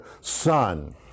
son